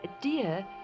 dear